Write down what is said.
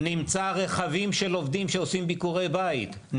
נמצא רכבים של עובדים שעושים ביקורי בית.